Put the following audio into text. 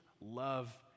love